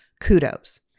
kudos